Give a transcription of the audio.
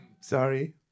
Sorry